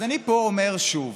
אז אני אומר פה שוב: